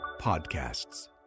podcasts